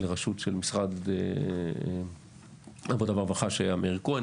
לרשות של משרד העבודה והרווחה כשהיה מאיר כהן,